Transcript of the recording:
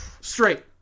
straight